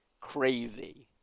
crazy